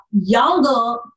younger